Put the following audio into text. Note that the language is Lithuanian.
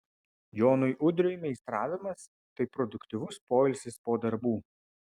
jonui udriui meistravimas tai produktyvus poilsis po darbų